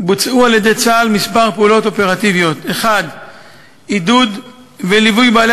בוצעו על-ידי צה"ל כמה פעולות אופרטיביות: 1. עידוד וליווי של בעלי